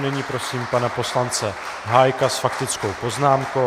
Nyní prosím pana poslance Hájka s faktickou poznámkou.